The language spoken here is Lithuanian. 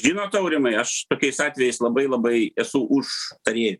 žinot aurimai aš tokiais atvejais labai labai esu užtarėju